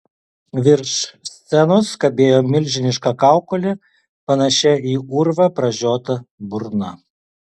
virš scenos kabėjo milžiniška kaukolė panašia į urvą pražiota burna